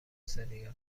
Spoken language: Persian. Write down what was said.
سریالهای